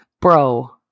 bro